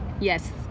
yes